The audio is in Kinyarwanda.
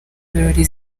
birori